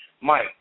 Mike